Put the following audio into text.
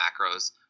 macros